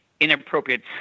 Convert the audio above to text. inappropriate